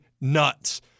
nuts